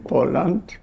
Poland